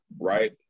right